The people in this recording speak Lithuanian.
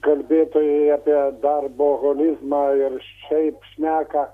kalbėtojai apie darboholizmą ir šiaip šneka